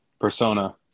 persona